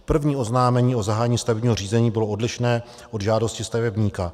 První oznámení o zahájení stavebního řízení bylo odlišné od žádosti stavebníka.